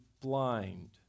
blind